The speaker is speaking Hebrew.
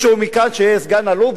שיהיה סגן אלוף ותת-אלוף,